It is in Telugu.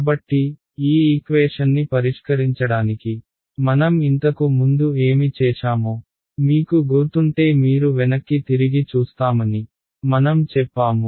కాబట్టి ఈ ఈక్వేషన్ని పరిష్కరించడానికి మనం ఇంతకు ముందు ఏమి చేశామో మీకు గుర్తుంటే మీరు వెనక్కి తిరిగి చూస్తామని మనం చెప్పాము